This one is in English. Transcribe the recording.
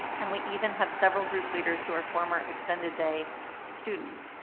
and we even have several group leaders who are former extended day students.